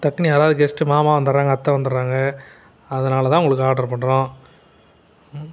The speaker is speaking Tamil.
டக்குன்னு யாராவது கெஸ்ட்டு மாமா வந்துடுறாங்க அத்தை வந்துடுறாங்க அதனாலதான் உங்களுக்கு ஆர்டர் பண்ணுறோம் ம்